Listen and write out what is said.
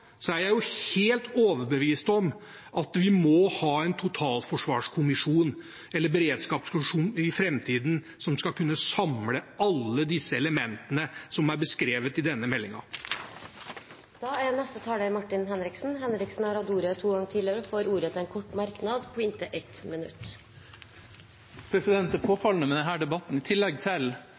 er jeg helt overbevist om at vi i framtiden må ha en totalberedskapskommisjon som skal kunne samle alle elementene som er beskrevet i denne meldingen. Representanten Martin Henriksen har hatt ordet to ganger tidligere og får ordet til en kort merknad, begrenset til 1 minutt. Det påfallende med denne debatten, i tillegg til